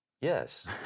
Yes